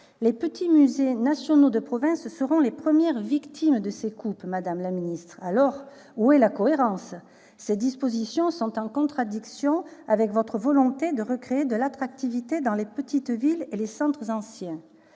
Les petits musées nationaux de province seront les premières victimes de ces coupes, madame la ministre. Où est donc la cohérence ? Ces dispositions sont en contradiction avec votre volonté de recréer de l'attractivité dans les petites villes et les centres anciens.